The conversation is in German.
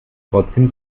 trotzdem